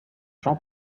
jean